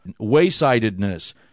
waysidedness